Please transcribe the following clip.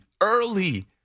early